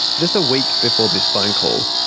just a week before this phone call.